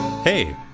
Hey